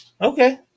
Okay